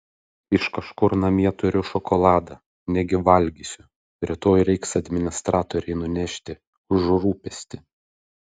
iš kažkur namie turiu šokoladą negi valgysiu rytoj reiks administratorei nunešti už rūpestį